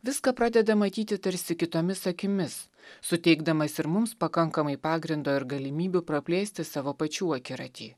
viską pradeda matyti tarsi kitomis akimis suteikdamas ir mums pakankamai pagrindo ir galimybių praplėsti savo pačių akiratį